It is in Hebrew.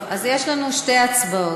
אז יש לנו שתי הצבעות: